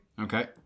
Okay